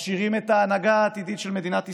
מכשירים את ההנהגה העתידית של מדינת ישראל.